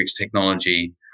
technology